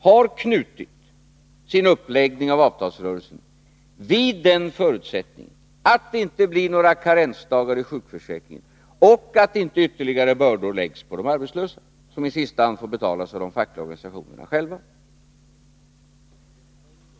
har knutit sin uppläggning av avtalsrörelsen vid den förutsättningen att det inte blir några karensdagar i sjukförsäkringen och att inte ytterligare bördor läggs på de arbetslösa, något som i sista hand får betalas av de fackliga organisationerna själva.